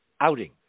outing